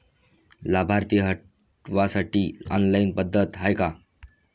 लाभार्थी हटवासाठी ऑनलाईन पद्धत हाय का?